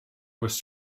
was